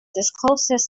discloses